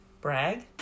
Brag